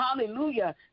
hallelujah